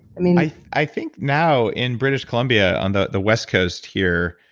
i mean i i think now, in british columbia, on the the west coast here,